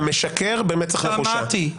אתה משקר במצח נחושה.